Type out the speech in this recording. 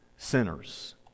sinners